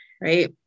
right